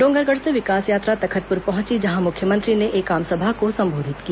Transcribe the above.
डोंगरगढ़ से विकास यात्रा तखतपुर पहुंची जहां मुख्यमंत्री ने एक आमसभा को संबोधित किया